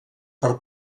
per